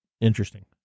Interesting